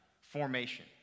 formation